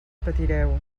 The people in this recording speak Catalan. patireu